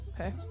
Okay